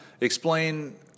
explain